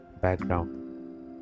background